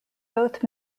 both